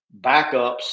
backups